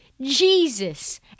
Jesus